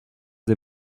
des